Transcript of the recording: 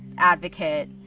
advocate.